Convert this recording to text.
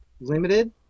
limited